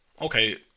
Okay